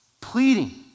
pleading